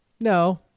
no